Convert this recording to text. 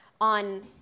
on